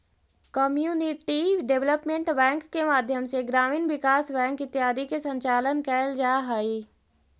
community development bank के माध्यम से ग्रामीण विकास बैंक इत्यादि के संचालन कैल जा हइ